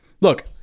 Look